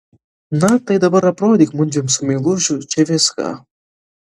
na tai dabar aprodyk mudviem su meilužiu čia viską